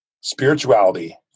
Spirituality